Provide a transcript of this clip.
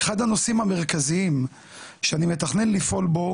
אחד הנושאים המרכזיים שאני מתכנן לפעול בו,